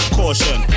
caution